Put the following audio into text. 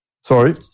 Sorry